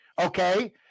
okay